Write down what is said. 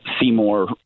Seymour